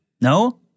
No